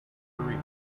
remember